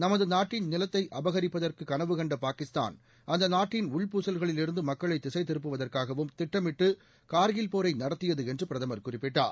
நமது நாட்டின் நிலத்தை அபகரிப்பதற்கு கனவு கண்ட பாகிஸ்தான் அந்த நாட்டின் உள்பூசல்களில் இருந்து மக்களை திசை திருப்புவதற்காகவும் திட்டமிட்டு கார்கில் போரை நடத்தியது என்று பிர்தமர் குறிப்பிட்டார்